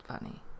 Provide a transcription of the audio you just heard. funny